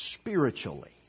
spiritually